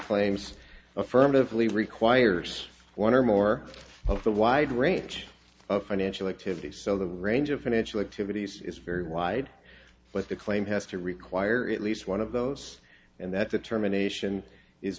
claims affirmatively requires one or more of a wide range of financial activity so the range of financial activities is very wide but the claim has to require at least one of those and that determination is